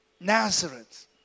Nazareth